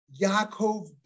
Yaakov